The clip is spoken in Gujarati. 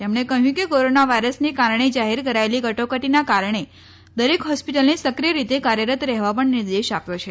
તેમણે કહયું કે કોરોના વાયરસને કારણે જાહેર કરાયેસી કટોકટીના કારણે દરેક હોસ્પિટલને સક્રિય રીતે કાર્યરત રહેવા પણ નિર્દેશ આપ્યો છે